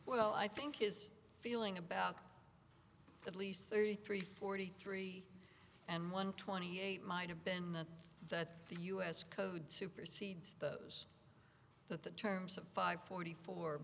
well i think his feeling about at least thirty three forty three and one twenty eight might have been that the us code supersedes those that the terms of five forty four